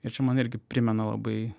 ir čia man irgi primena labai